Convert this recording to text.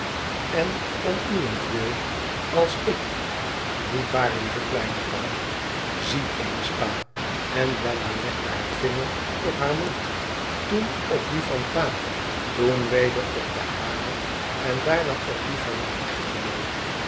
en om uwentwil als ik niet waar lieve kleine pa zie eens pa en bella legde haar vinger op haar mond toen op dien van pa toen weder op den haren en daarna op dien van haar echtgenoot